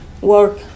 work